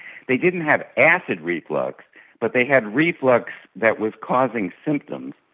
they didn't have acid reflux but they had reflux that was causing symptoms,